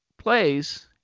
plays